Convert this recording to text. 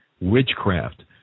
witchcraft